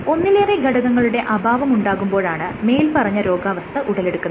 ഒന്നിലേറെ ഘടകങ്ങളുടെ അഭാവമുണ്ടാകുമ്പോഴാണ് മേല്പറഞ്ഞ രോഗാവസ്ഥ ഉടലെടുക്കുന്നത്